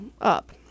up